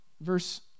Verse